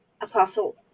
Apostle